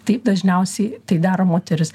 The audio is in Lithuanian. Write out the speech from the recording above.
taip dažniausiai tai daro moteris